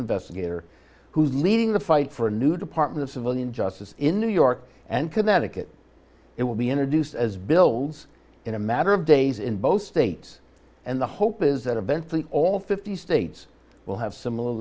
investigator who's leading the fight for a new department of civilian justice in new york and connecticut it will be introduced as bills in a matter of days in both states and the hope is that a bentley all fifty states will have similar